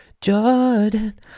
Jordan